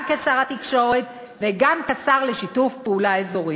גם כשר התקשורת וגם כשר לשיתוף פעולה אזורי.